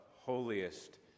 holiest